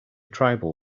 tribal